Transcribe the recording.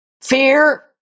fear